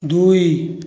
ଦୁଇ